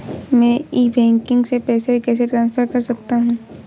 मैं e banking से पैसे कैसे ट्रांसफर कर सकता हूं?